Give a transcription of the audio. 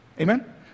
Amen